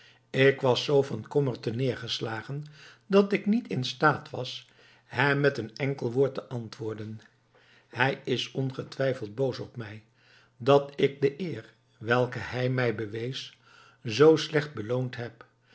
ik was zoo van kommer terneergeslagen dat ik niet in staat was hem met een enkel woord te antwoorden hij is ongetwijfeld boos op mij dat ik de eer welke hij mij bewees zoo slecht beloond heb